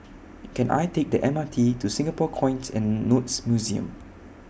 Can I Take The M R T to Singapore Coins and Notes Museum